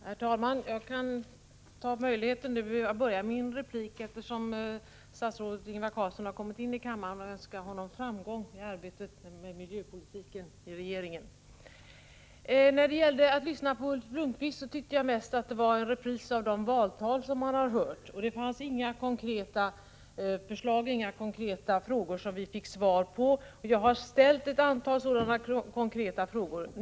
Herr talman! Eftersom statsrådet Ingvar Carlsson nu har kommit in i kammaren vill jag ta möjligheten att börja min replik med att önska honom framgång i arbetet med miljöpolitiken inom regeringen. När jag lyssnade på Ulf Lönnqvist tyckte jag närmast att det var en repris av de valtal man har hört. Det fanns inga konkreta förslag och inga svar på konkreta frågor. Jag har ställt ett antal sådana konkreta frågor.